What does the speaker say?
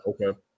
Okay